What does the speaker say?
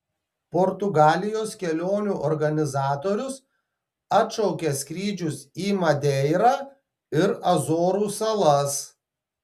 portugalijos kelionių organizatorius atšaukia skrydžius į madeirą ir azorų salas